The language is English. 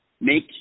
make